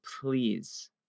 please